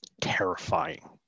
terrifying